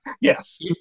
Yes